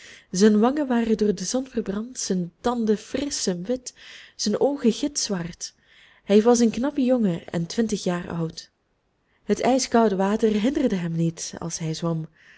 zijn wangen waren door de zon verbrand zijn tanden frisch en wit zijn oogen gitzwart hij was een knappe jongen en twintig jaar oud het ijskoude water hinderde hem niet als hij zwom